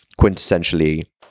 quintessentially